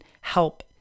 help